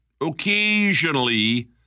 occasionally